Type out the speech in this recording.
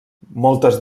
moltes